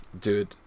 Dude